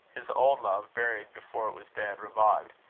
his old love, buried before it was dead, revived.